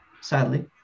sadly